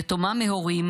יתומה מהורים,